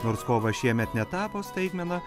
nors kovas šiemet netapo staigmena